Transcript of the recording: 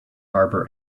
harbour